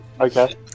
Okay